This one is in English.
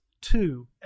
two